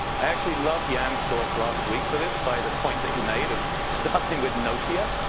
i actually loved diane's talk last week for this, by the point that he made of starting with nokia,